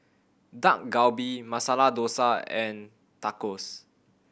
Dak Galbi Masala Dosa and Tacos